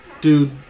Dude